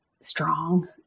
strong